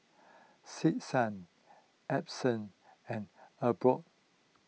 Stetson Essence and Albion